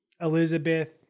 Elizabeth